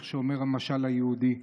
כמו שאומר המשל היהודי.